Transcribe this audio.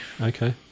Okay